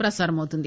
ప్రసారమవుతుంది